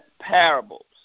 parables